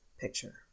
picture